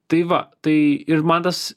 tai va tai ir man tas